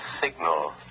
signal